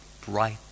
bright